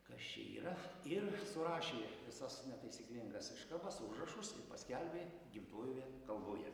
kas čia yra ir surašė visas netaisyklingas iškabas užrašus paskelbė gimtojoje kalboje